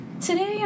today